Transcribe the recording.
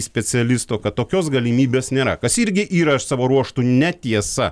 specialisto kad tokios galimybės nėra kas irgi yra savo ruožtu netiesa